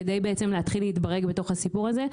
כדי בעצם להתחיל להתברג בתוך הסיפור הזה.